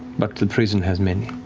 but the prison has many.